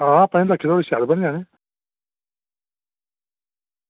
आं पंञें लक्खें धोड़ी शैल बनी जाने